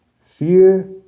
fear